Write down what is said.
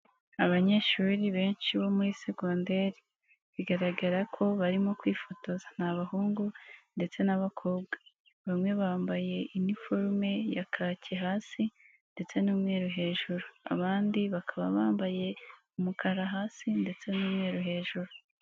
Abanyeshuri benshi bo muri segonderi bigaragara ko barimo kwifotoza ni abahungu ndetse n'abakobwa bamwe bambaye iniforume ya kake hasi ndetse n'umweru hejuru, abandi bakaba bambaye umukara hasi ndetse n'umweru hejuru.